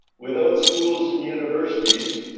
without schools and universities,